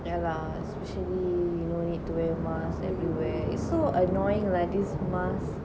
yeah lah especially you know need to wear mask everywhere it's so annoying lah this mask